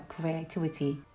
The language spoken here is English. creativity